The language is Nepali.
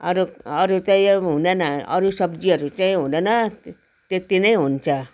अरू अरू त्यही हो हुँदैन अरू सब्जीहरू चाहिँ हुँदैन त्यति नै हुन्छ